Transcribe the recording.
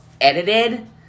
edited